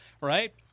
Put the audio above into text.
right